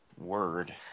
Word